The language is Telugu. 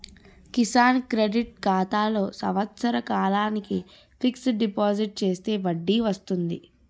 కిసాన్ క్రెడిట్ ఖాతాలో సంవత్సర కాలానికి ఫిక్స్ డిపాజిట్ చేస్తే వడ్డీ వస్తుంది